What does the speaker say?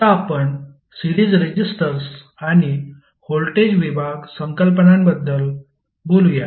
आता आपण series resistors आणि व्होल्टेज विभाग संकल्पनांबद्दल बोलूया